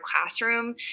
classroom